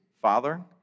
Father